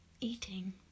eating